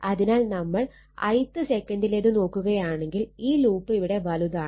അതിനാൽ നമ്മൾ ith സെക്കൻഡിലേത് നോക്കുകയാണെങ്കിൽ ഈ ലൂപ്പ് ഇവിടെ വലുതാണ്